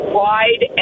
wide